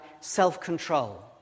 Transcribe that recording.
self-control